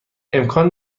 امکان